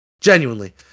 Genuinely